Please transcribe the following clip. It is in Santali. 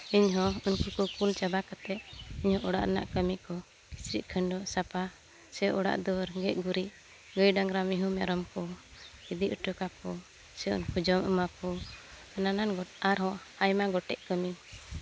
ᱤᱧᱦᱚᱸ ᱩᱱᱠᱩ ᱠᱚ ᱠᱩᱞ ᱪᱟᱵᱟ ᱠᱟᱛᱮ ᱤᱧᱦᱚᱸ ᱚᱲᱟᱜ ᱨᱮᱱᱟᱜ ᱠᱟᱹᱢᱤ ᱠᱚ ᱠᱤᱪᱨᱤᱪ ᱠᱷᱟᱹᱰᱩᱣᱟᱹᱜ ᱥᱟᱯᱷᱟ ᱥᱮ ᱚᱲᱟᱜ ᱫᱩᱣᱟᱹᱨ ᱜᱮᱡ ᱜᱩᱨᱤᱡ ᱜᱟᱹᱭ ᱰᱟᱝᱨᱟ ᱢᱤᱦᱩ ᱢᱮᱨᱚᱢ ᱠᱚ ᱤᱫᱤ ᱦᱚᱴᱚ ᱠᱟᱠᱚ ᱥᱮ ᱩᱱᱠᱩ ᱡᱚᱢ ᱮᱢᱟᱟᱠᱚ ᱱᱟᱱᱟᱱ ᱟᱨᱦᱚᱸ ᱟᱭᱢᱟ ᱜᱚᱴᱮᱡ ᱠᱟᱹᱢᱤ